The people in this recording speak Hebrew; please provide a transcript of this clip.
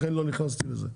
לכן לא נכנסתי לזה.